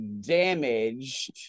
damaged